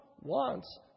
wants